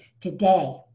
today